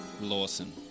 Lawson